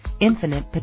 infinite